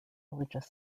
religious